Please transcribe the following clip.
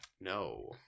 No